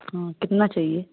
हाँ कितना चाहिए